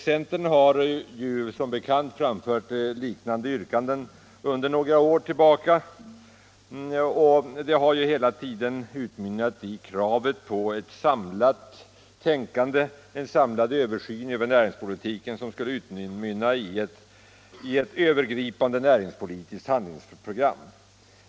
Centern har som bekant sedan några år tillbaka framfört krav på ett samlat tänkande och en samlad översyn över näringspolitiken, som skulle utmynna i ett övergripande näringspolitiskt handlingsprogram.